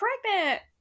pregnant